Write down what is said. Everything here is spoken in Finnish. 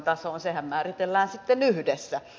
sehän määritellään sitten yhdessä